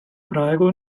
praegu